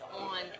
on